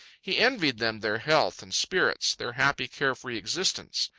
he envied them their health and spirits, their happy, care-free existence.